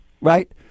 right